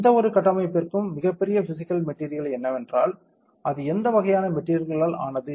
எந்தவொரு கட்டமைப்பிற்கும் மிகப்பெரிய பிஸிக்கல் மெட்டீரியல் என்னவென்றால் அது எந்த வகையான மெட்டீரியல்ளால் ஆனது